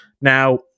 now